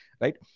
right